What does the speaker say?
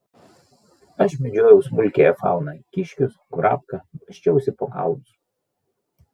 aš medžiojau smulkiąją fauną kiškius kurapkas basčiausi po kalnus